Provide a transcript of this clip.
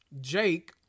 Jake